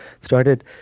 started